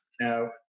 now